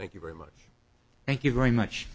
thank you very much thank you very much